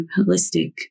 holistic